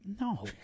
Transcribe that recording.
No